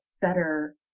better